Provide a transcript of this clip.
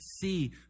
see